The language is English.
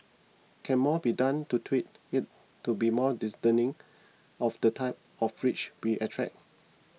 can more be done to tweak it to be more discerning of the type of rich we attract